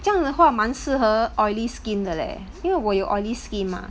这样的话蛮适合 oily skin 的 leh 因为我有 oily skin 吗